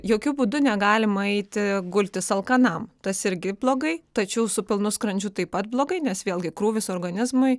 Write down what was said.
jokiu būdu negalima eiti gultis alkanam tas irgi blogai tačiau su pilnu skrandžiu taip pat blogai nes vėlgi krūvis organizmui